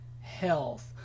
health